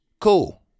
cool